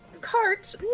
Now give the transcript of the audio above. carts